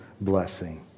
blessing